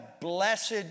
blessed